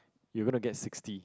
you're going to get sixty